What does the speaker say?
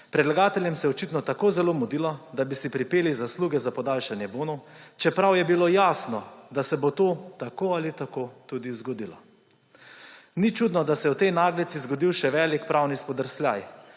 Predlagateljem se je očitno tako zelo mudilo, da bi si pripeli zasluge za podaljšanje bonov, čeprav je bilo jasno, da se bo to tako ali tako tudi zgodilo. Ni čudno, da se je v tej naglici zgodil še velik pravni spodrsljaj,